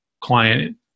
client